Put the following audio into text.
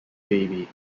baby